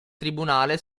tribunale